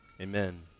amen